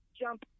jump